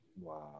Wow